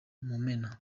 mumena